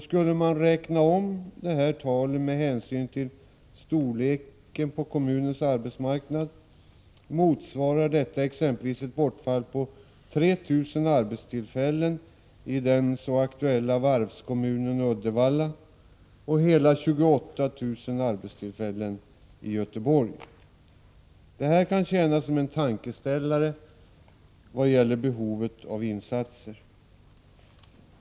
Skulle man räkna om de här talen med hänsyn till storleken på kommunens arbetsmarknad, motsvarar detta exempelvis ett bortfall av 3 000 arbetstillfällen i den så aktuella varvskommunen Uddevalla och hela 28 000 arbetstillfällen i Göteborg. Det här kan tjäna som en tankeställare vad gäller behovet av insatser.